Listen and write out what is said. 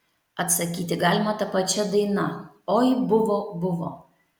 atsakyti galima ta pačia daina oi buvo buvo